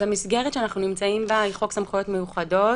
המסגרת שאנחנו נמצאים בה היא חוק סמכויות מיוחדות,